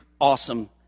awesome